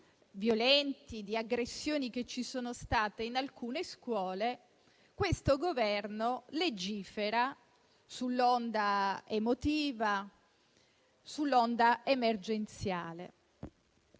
violenti e delle aggressioni che ci sono stati in alcune scuole, questo Governo legifera sull'onda emotiva ed emergenziale.